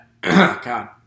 god